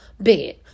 bed